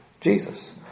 Jesus